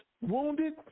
wounded